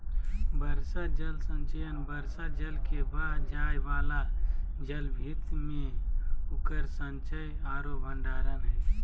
वर्षा जल संचयन वर्षा जल के बह जाय वाला जलभृत में उकर संचय औरो भंडारण हइ